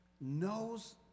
knows